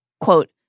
Quote